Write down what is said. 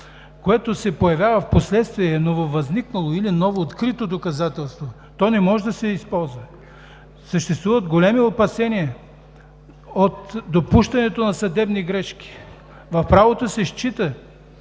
което се появява впоследствие и нововъзникнало или новооткрито доказателство, то не може да се използва. Съществуват големи опасения от допускането на съдебни грешки. В правото се счита,